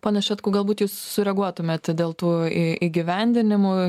pone šetkau galbūt jūs sureaguotumėt dėl tų į įgyvendinimų